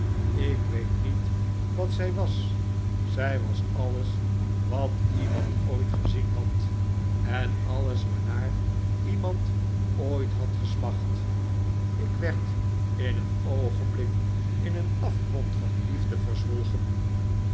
ik weet niet wat zij was zij was alles wat iemand ooit gezien had en alles waarnaar iemand ooit had gesmacht ik werd in een oogenblik in een afgrond van liefde verzwolgen